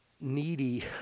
needy